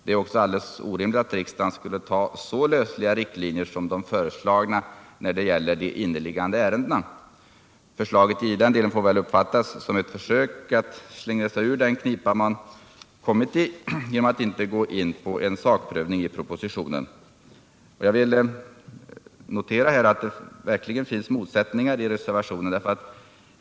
Det är också alldeles orimligt att riksdagen skulle godta så lösliga riktlinjer som de föreslagna när det gäller de inneliggande ärendena. Förslaget i den delen får väl uppfattas som ett försök att slingra sig ur den knipa som man kommit i genom att inte gå in i en sakprövning av propositionen. Jag noterar att det verkligen finns motsättningar i reservationen.